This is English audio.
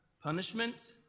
Punishment